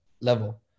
level